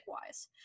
wise